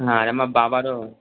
হ্যাঁ আর আমার বাবারও